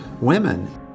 women